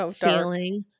feeling